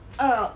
!aiyo!